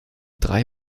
drei